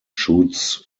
shoots